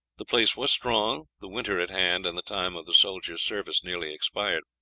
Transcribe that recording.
the place was strong, the winter at hand, and the time of the soldiers' service nearly expired.